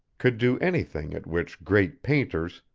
could do anything at which great painters,